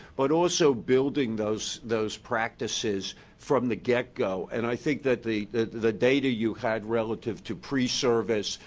but also building those those practices from the get-go. and i think that the the data you had relative to preserves,